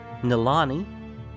Nilani